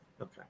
Okay